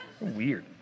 weird